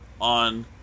on